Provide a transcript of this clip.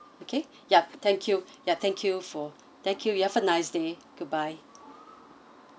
okay yup thank you yeah thank you for thank you have a nice day goodbye